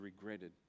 regretted